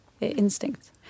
instinct